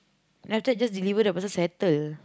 then after that just deliver the parcel settle